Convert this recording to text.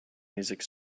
music